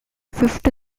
fifth